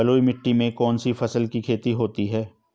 बलुई मिट्टी में कौनसी फसल की खेती होती है?